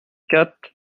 quatre